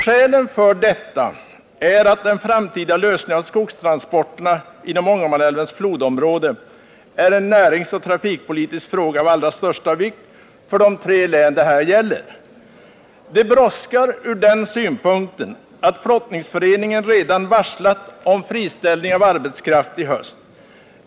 Skälen för detta är att den framtida lösningen av skogstransporterna inom Ångermanälvens flodområde är en näringsoch trafikpolitisk fråga av allra största vikt för de tre län detta gäller. Det brådskar ur den synpunkten att flottningsföreningen redan varslat om friställning av arbetskraft i höst.